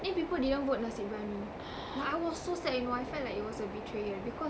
then people didn't vote nasi biryani I was so sad you know I felt like it was a betrayer because